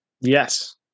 Yes